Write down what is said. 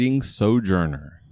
Sojourner